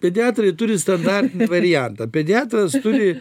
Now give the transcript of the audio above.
pediatrai turi standartinį variantą pediatras turi